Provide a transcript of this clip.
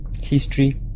History